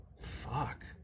Fuck